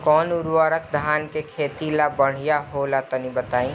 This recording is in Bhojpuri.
कौन उर्वरक धान के खेती ला बढ़िया होला तनी बताई?